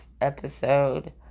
episode